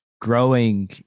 growing